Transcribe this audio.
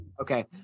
Okay